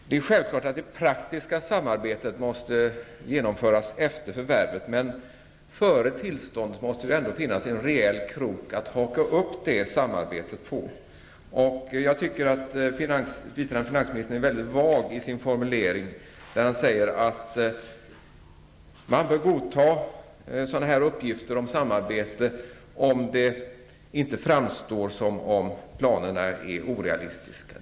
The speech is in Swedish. Fru talman! Det är självklart att det praktiska samarbetet måste genomföras efter förvärvet, men innan tillståndet beviljas måste det ju ändå finnas en rejäl krok att haka upp det samarbetet på. Jag tycker att biträdande finansministern är väldigt vag i sin formulering när han säger att man bör godta uppgifter om samarbete om planerna inte framstår som orealistiska.